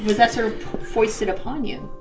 was that sort of foisted upon you?